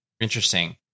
Interesting